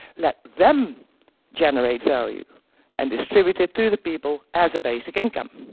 let them generate value and distribute it to the people as a basic income.